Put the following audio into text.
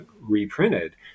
reprinted